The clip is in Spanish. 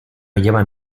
llevan